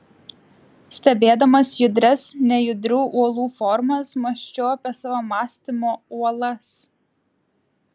stebėdamas judrias nejudrių uolų formas mąsčiau apie savo mąstymo uolas